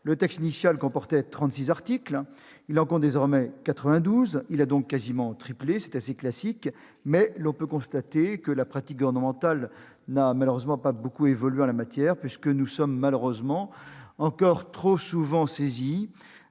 le texte initial comportait 36 articles, il en compte désormais 92-il a donc quasiment triplé. C'est assez classique, mais on peut constater que la pratique gouvernementale n'a pas beaucoup évolué en la matière : malheureusement, nous sommes encore trop souvent saisis